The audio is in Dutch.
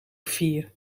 vier